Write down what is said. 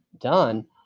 done